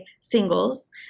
singles